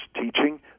teaching